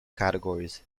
categories